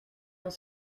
dans